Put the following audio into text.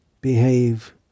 behave